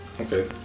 okay